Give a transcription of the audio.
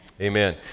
Amen